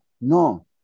no